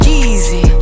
Jeezy